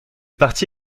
parti